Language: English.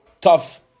Tough